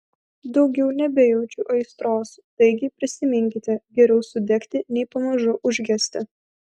daugiau nebejaučiu aistros taigi prisiminkite geriau sudegti nei pamažu užgesti